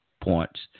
points